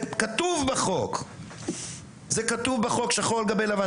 זה כתוב בחוק שחור על גבי לבן.